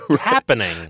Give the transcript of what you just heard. happening